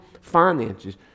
finances